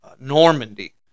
Normandy